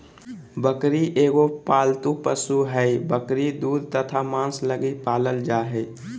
बकरी एगो पालतू पशु हइ, बकरी दूध तथा मांस लगी पालल जा हइ